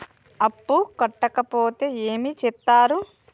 అప్పు కట్టకపోతే ఏమి చేత్తరు?